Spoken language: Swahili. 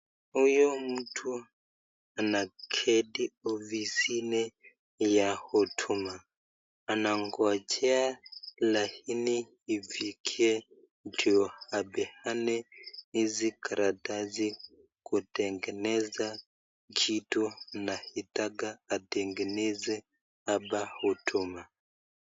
Huyu mtu anaketi ofisini ya huduma anangojea laini ifikie ndio apeane hizi karatasi kutengeneza kitu anaitaka atengeneze hapa huduma.